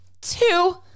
two